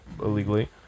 illegally